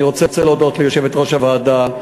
אני רוצה להודות ליושבת-ראש הוועדה,